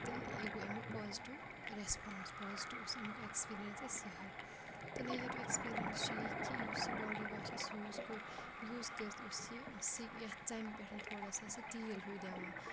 تہٕ یہِ گوٚو اَمیُک پازٹِو ریسپانٕس پوزٹِو اوس اَمیُک ایکٕسپیٖرینٕس اسہِ یِہٕے تہٕ نَگیٹِو ایکٕسپیٖرینٕس چھُ یی کہِ یُس یہِ باڈی واش أسۍ یوٗز کوٚر یوٗز کٔرِتھ اوس یہِ سِ یَتھ ژَمہِ پٮ۪ٹھ تھوڑا سا سُہ تیٖل ہیوٗ دِوان